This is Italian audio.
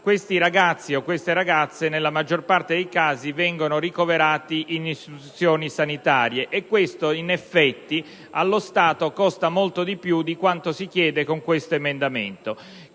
questi ragazzi o ragazze disabili, nella maggior parte dei casi, vengono ricoverati in istituzioni sanitarie. E questo, in effetti, allo Stato costa molto di più di quanto si chiede con l'emendamento